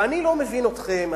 ואני לא מבין אתכם,